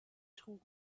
trug